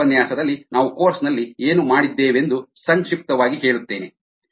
ಮುಂದಿನ ಉಪನ್ಯಾಸದಲ್ಲಿ ನಾವು ಕೋರ್ಸ್ನಲ್ಲಿ ಏನು ಮಾಡಿದ್ದೇವೆಂದು ಸಂಕ್ಷಿಪ್ತವಾಗಿ ಹೇಳುತ್ತೇನೆ